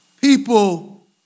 People